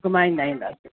घुमाईंदा आहियूं